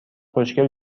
خوشگل